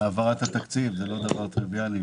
העברת התקציב, זה לא דבר טריוויאלי.